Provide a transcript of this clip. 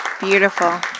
beautiful